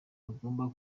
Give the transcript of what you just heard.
atagomba